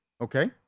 Okay